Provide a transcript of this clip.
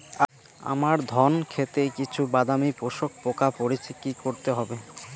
আমার ধন খেতে কিছু বাদামী শোষক পোকা পড়েছে কি করতে হবে?